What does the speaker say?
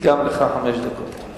גם לך חמש דקות.